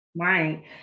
Right